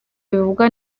bivugwa